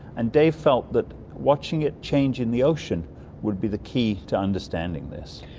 and dave felt that watching it change in the ocean would be the key to understanding this.